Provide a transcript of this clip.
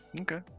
Okay